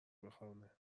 بخارونه